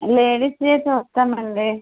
లేడీస్వే చూస్తానండి